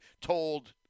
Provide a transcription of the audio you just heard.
told